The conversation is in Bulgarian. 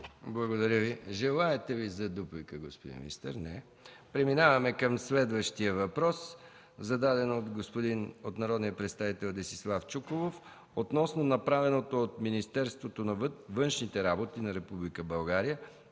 Благодаря Ви. Желаете ли дуплика, господин министър? Не. Преминаваме към следващия въпрос, зададен от народния представител Десислав Чуколов относно направеното от Министерството на външните работи на Република България